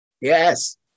Yes